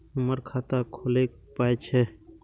हमर खाता खौलैक पाय छै